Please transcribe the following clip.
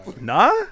Nah